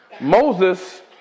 Moses